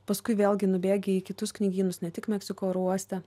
paskui vėlgi nubėgi į kitus knygynus ne tik meksiko oro uoste